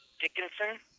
Dickinson